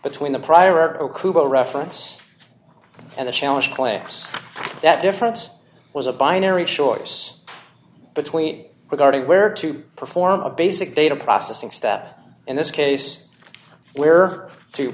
okubo reference and the challenge class that difference was a binary choice between regarding where to perform a basic data processing step in this case where to